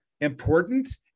Important